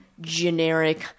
generic